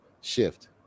shift